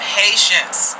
patience